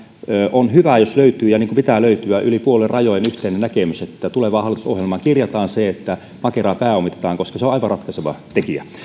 on hyvä jos löytyy niin kuin pitää löytyä yli puoluerajojen yhteinen näkemys siitä että tulevaan hallitusohjelmaan kirjataan se että makeraa pääomitetaan koska se on aivan ratkaiseva tekijä